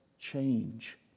change